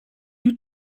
you